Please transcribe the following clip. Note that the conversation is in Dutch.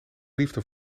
liefde